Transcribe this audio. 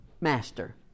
Master